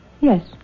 Yes